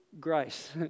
grace